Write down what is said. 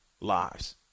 lives